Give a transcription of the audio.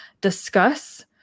discuss